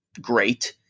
great